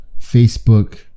Facebook